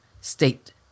state